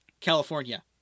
California